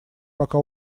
пока